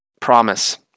promise